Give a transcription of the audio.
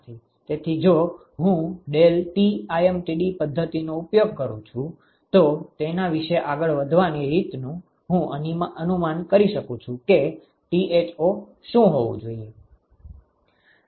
તેથી જો હું ∆Tlmtd પદ્ધતિનો ઉપયોગ કરું છું તો તેના વિશે આગળ વધવાની રીતનુ હું અનુમાન કરી શકું છું કે Tho શું હોવું જોઈએ